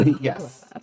Yes